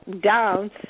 down